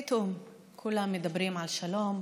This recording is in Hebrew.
פתאום כולם מדברים על שלום,